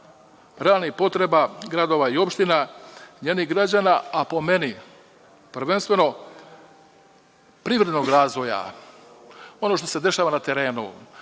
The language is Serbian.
realnih potreba gradova i opština, njenih građana, a po meni privrednog razvoja. Ono što se dešava na terenu,